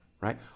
right